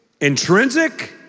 intrinsic